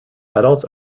adults